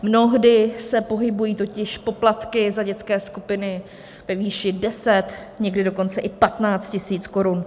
Mnohdy se pohybují totiž poplatky za dětské skupiny ve výši 10, někdy dokonce i 15 tisíc korun.